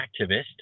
activist